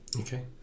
Okay